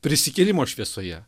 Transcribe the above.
prisikėlimo šviesoje